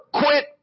quit